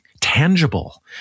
tangible